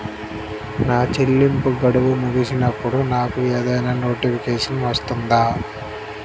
నా చెల్లింపు గడువు ముగిసినప్పుడు నాకు ఏదైనా నోటిఫికేషన్ వస్తుందా?